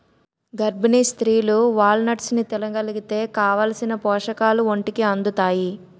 గర్భిణీ స్త్రీలు వాల్నట్స్ని తినగలిగితే కావాలిసిన పోషకాలు ఒంటికి అందుతాయి